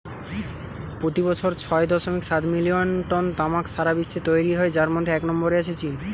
পোতি বছর ছয় দশমিক সাত মিলিয়ন টন তামাক সারা বিশ্বে তৈরি হয় যার মধ্যে এক নম্বরে আছে চীন